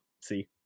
see